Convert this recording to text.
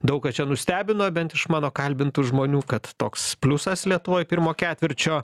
daug ką čia nustebino bent iš mano kalbintų žmonių kad toks pliusas lietuvoj pirmo ketvirčio